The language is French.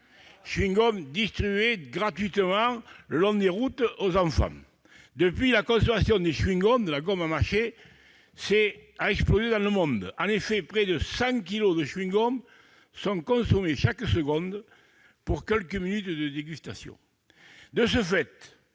étaient distribués gratuitement le long des routes aux enfants. Depuis lors, la consommation de chewing-gums, de la gomme à mâcher, a explosé dans le monde. En effet, près de 100 kilos de chewing-gums sont consommés chaque seconde, pour quelques minutes de dégustation. Ces